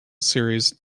series